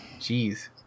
Jeez